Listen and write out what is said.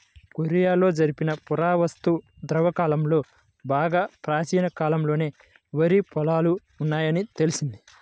కొరియాలో జరిపిన పురావస్తు త్రవ్వకాలలో బాగా ప్రాచీన కాలంలోనే వరి పొలాలు ఉన్నాయని తేలింది